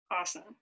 Awesome